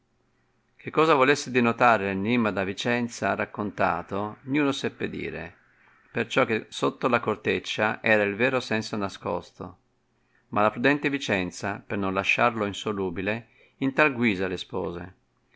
che cosa volesse dinotare l'enimma da vicenza raccontato niuno seppe dire perciò che sotto la corteccia era il vero senso nascosto ma la prudente vicenza per non lasciarlo insolubile in tal guisa l'espose